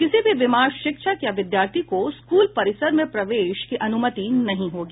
किसी भी बीमार शिक्षक या विद्यार्थी को स्कूल परिसर में प्रवेश की अनुमति नहीं होगी